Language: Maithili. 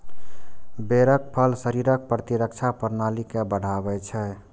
बेरक फल शरीरक प्रतिरक्षा प्रणाली के बढ़ाबै छै